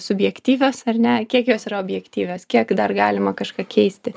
subjektyvios ar ne kiek jos yra objektyvios kiek dar galima kažką keisti